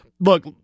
Look